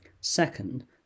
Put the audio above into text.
Second